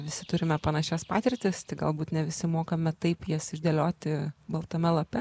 visi turime panašias patirtis tik galbūt ne visi mokame taip jas išdėlioti baltame lape